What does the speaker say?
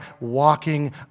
walking